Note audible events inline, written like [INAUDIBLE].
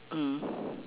mm [BREATH]